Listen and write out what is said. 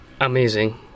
amazing